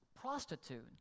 prostitute